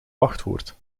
wachtwoord